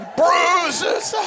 bruises